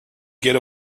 get